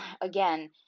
again